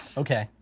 okay,